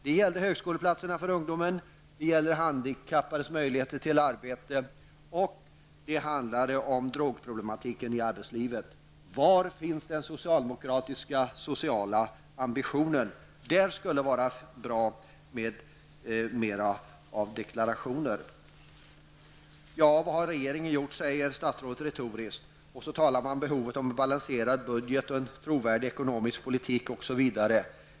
De gäller högskoleplatser för ungdomen, handikappades möjligheter till arbete och drogproblematiken i arbetslivet. Var finns den socialdemokratiska sociala ambitionen? Där skulle det passa bra med mera av deklarationer. Vad har regeringen gjort? säger statsrådet retoriskt och talar om behovet av en balanserad budget, en trovärdig ekonomisk politik osv.